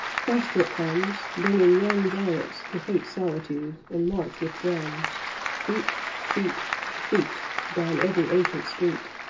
faster it comes, bringing young giants who hate solitude, and march with drums beat beat beat, down every ancient street,